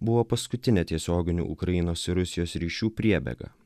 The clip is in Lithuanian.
buvo paskutinė tiesioginių ukrainos ir rusijos ryšių priebėga